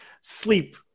sleep